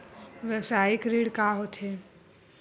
व्यवसायिक ऋण का होथे?